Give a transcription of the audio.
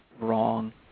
wrong